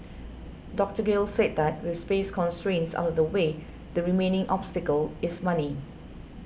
Doctor Gill said that with space constraints out of the way the remaining obstacle is money